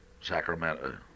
Sacramento